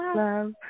love